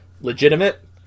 legitimate